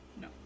No